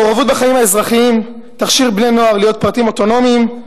מעורבות בחיים האזרחיים תכשיר בני-נוער להיות פרטים אוטונומיים,